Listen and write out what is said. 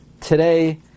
today